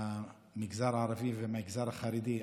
המגזר הערבי והמגזר החרדי.